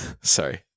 Sorry